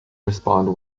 respond